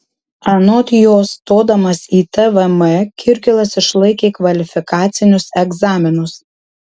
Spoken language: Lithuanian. anot jos stodamas į tvm kirkilas išlaikė kvalifikacinius egzaminus